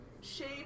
shape